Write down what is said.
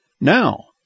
Now